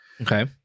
Okay